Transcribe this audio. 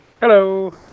Hello